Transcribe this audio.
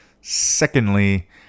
secondly